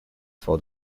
for